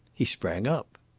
he sprang up.